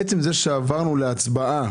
עצם זה שעברנו להצבעה